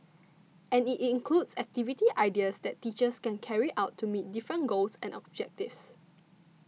and it includes activity ideas that teachers can carry out to meet different goals and objectives